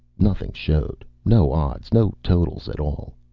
nothing showed. no odds. no totals at all.